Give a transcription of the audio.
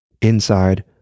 Inside